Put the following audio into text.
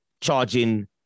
charging